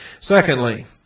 Secondly